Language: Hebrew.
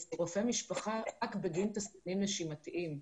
אצל רופא המשפחה רק בגין תסמינים נשימתיים.